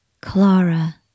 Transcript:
Clara